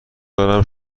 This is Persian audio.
دارم